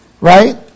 Right